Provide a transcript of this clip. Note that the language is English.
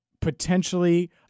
potentially